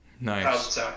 Nice